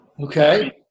Okay